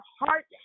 heart